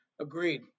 Agreed